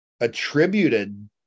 attributed